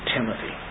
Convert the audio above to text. Timothy